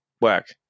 work